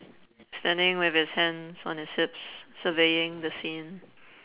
standing with his hands on his hips surveying the scene